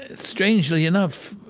ah strangely enough,